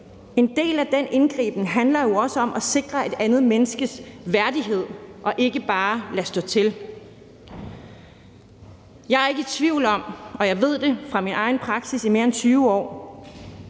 En del af den indgriben handler jo også om at sikre et andet menneskes værdighed og ikke bare lade stå til. Jeg er ikke i tvivl om, og jeg ved det fra min egen praksis i mere end 20 år,